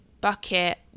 bucket